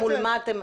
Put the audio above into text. כן.